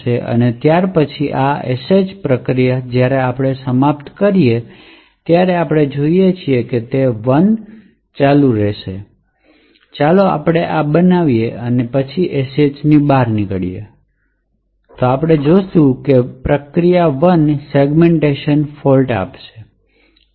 તેથી જ્યારે આપણે આ sh પ્રક્રિયાને સમાપ્ત કરીએ છીએ ત્યારે આપણે જે જોઈએ છીએ તે 1 પ્રક્રિયા ચાલુ રહેશે ચાલો આપણે આ બનતું જોઈએ જેથી આપણે sh થી બહાર નીકળીએ પરંતુ આપણે જોશું કે 1 પ્રક્રિયામાં સેગ્મેન્ટેશન ફોલ્ટ હશે